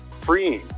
freeing